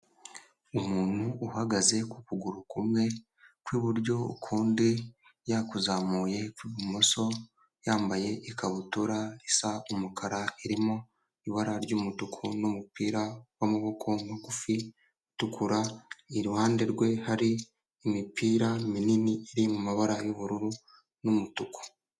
Umuntu uhagaze ku kuguru kumwe kw'iburyo ukundi yakuzamuye kw'ibumoso, yambaye ikabutura isa umukara irimo ibara ry'umutuku n'umupira w'amaboko magufi utukura, iruhande rwe hari imipira minini iri mu mabara y'ubururu n'umutuku.